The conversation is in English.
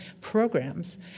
programs